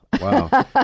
Wow